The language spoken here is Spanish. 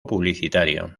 publicitario